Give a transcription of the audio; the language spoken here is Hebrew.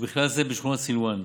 ובכלל זה בשכונת סילוואן,